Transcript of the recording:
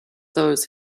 those